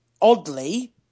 Oddly